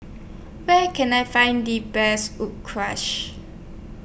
Where Can I Find The Best Wood crash